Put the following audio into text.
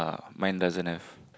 mine doesn't have